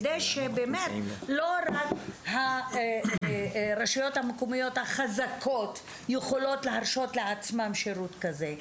כדי שבאמת לא רק הרשויות המקומיות החזקות יוכלו להרשות לעצמן שירות כזה,